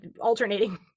alternating